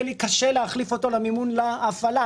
לי קשה להחליף אותו למימון להפעלה,